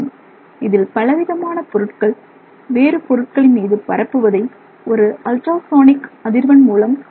இதில் பலவிதமான பொருட்கள் வேறு பொருட்களின் மீது பரப்புவதை ஒரு அல்ட்ராசானிக் அதிர்வெண் மூலம் செய்யலாம்